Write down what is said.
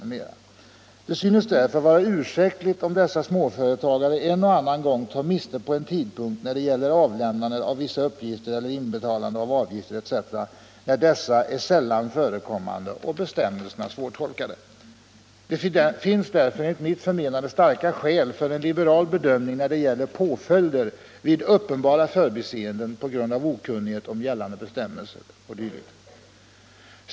Det synes därför vara ursäktligt om dessa småföretagare en och annan gång tar miste på en tidpunkt när det gäller avlämnande av vissa uppgifter eller inbetalningar av avgifter etc., när dessa är sällan förekommande och bestämmelserna svårtolkade. Det finns därför enligt mitt förmenande starka skäl för en liberal bedömning när det gäller påföljder vid uppenbara förbiseenden på grund av okunnighet om gällande bestämmelser.